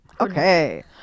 Okay